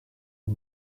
iri